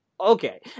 okay